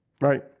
right